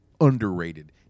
underrated